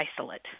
isolate